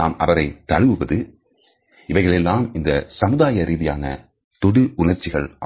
நாம் அவரை தழுவுவது இவைகளெல்லாம் இந்த சமுதாய ரீதியான தொடு உணர்ச்சிகள் ஆகும்